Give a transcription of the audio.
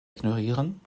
ignorieren